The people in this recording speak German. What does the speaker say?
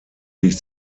sich